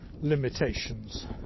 limitations